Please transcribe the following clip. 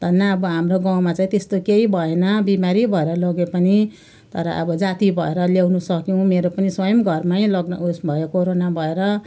धन्न अब हाम्रो गाउँमा चाहिँ त्यस्तो केही भएन बिमारी भएर लगे पनि तर अब जाती भएर ल्याउनसक्यौँ मेरो पनि स्वयम् घरमै लक् उयस कोरोना भएर